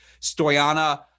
Stoyana